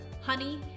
honey